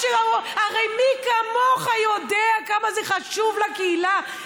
הרי מי כמוך יודע כמה זה חשוב לקהילה,